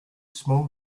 small